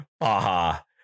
Aha